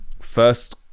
first